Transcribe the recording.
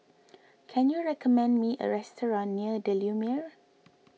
can you recommend me a restaurant near the Lumiere